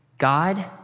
God